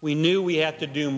we knew we have to do